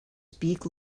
speak